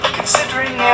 Considering